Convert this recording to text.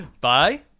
Bye